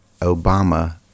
Obama